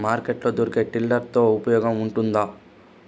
Market లో దొరికే tiller తో ఉపయోగం ఉంటుందా?